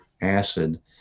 acid